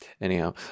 Anyhow